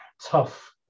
tough